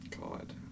God